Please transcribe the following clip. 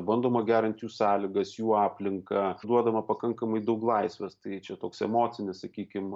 bandoma gerint jų sąlygas jų aplinką duodama pakankamai daug laisvės tai čia toks emocinis sakykim